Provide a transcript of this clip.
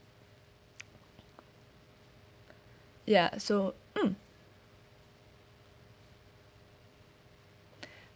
ya so mm